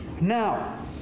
Now